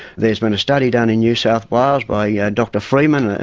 there's been a study done in new south wales by yeah dr freeman,